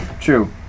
true